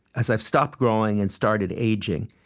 as i've stopped growing and started aging,